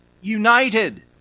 United